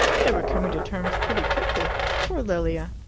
they were coming to terms pretty quickly. poor lilia!